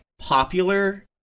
popular